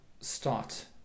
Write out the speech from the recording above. start